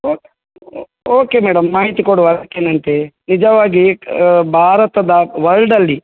okay okay madam ಮಾಹಿತಿ ಕೊಡುವ ಅದಕ್ಕೇನಂತೆ ನಿಜವಾಗಿ ಭಾರತದ ವರ್ಲ್ಡ್ಲ್ಲಿ